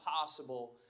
possible